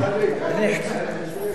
אנחנו מדברים).